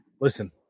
listen